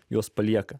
juos palieka